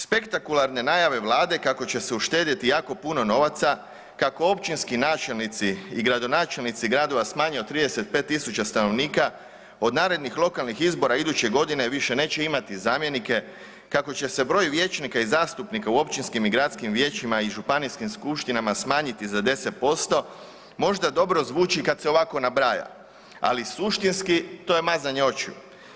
Spektakularne najave vlade kako će se uštedjeti jako puno novaca, kako općinski načelnici i gradonačelnici gradova s manje od 35.000 stanovnika od narednih lokalnih izbora iduće godine više neće imati zamjenike, kako će se broj vijećnika i zastupnika u općinskim i gradskim vijećima i županijskim skupštinama smanjiti za 10% možda dobro zvuči kad se ovako nabraja, ali suštinski to je mazanje očiju.